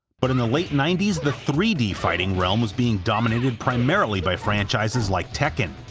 but in the late ninety s the three d fighting realm was being dominated primarily by franchises like tekken